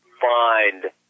find